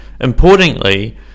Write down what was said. Importantly